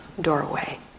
doorway